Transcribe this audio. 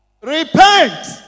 Repent